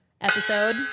episode